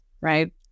right